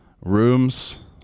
rooms